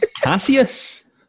Cassius